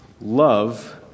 love